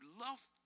love